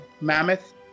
mammoth